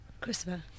Christopher